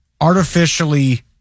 artificially